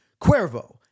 Cuervo